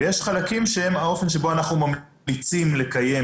ויש חלקים שהם האופן שבו אנחנו ממליצים לקיים